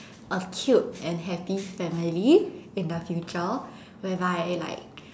a cute and happy family in the future whereby like